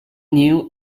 knew